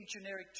generic